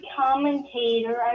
commentator